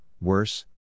Worse